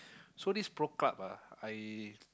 so this Pro Club ah I